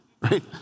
right